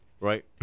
Right